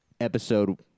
episode